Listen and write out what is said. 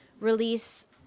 release